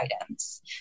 guidance